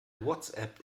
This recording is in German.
whatsapp